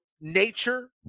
nature